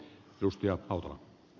arvoisa puhemies